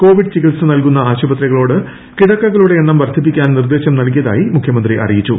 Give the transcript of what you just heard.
Covid ചികിത്സ നൽകുന്ന ആശുപത്രികളോട് കിടക്കകളുടെ എണ്ണം വർദ്ധിപ്പിക്കാൻ നിർദ്ദേശം നൽകിയതായി മുഖ്യമന്ത്രി അറിയിച്ചു